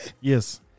Yes